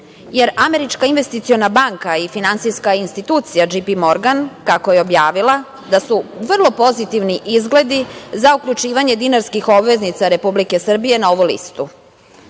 jer Američka investiciona banka i finansijska institucija J.P. Morgan, kako je objavila, da su vrlo pozitivni izgledi za uključivanje dinarskih obveznica Republike Srbije na ovu listu.